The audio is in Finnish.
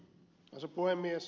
arvoisa puhemies